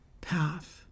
path